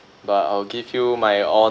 but I'll give you my